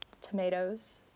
Tomatoes